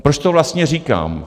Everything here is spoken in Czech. Proč to vlastně říkám?